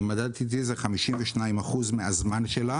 אני מדדתי שכ-52% מהזמן שלה